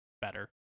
better